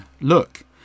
Look